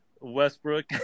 Westbrook